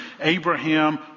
Abraham